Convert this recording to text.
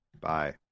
Bye